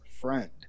friend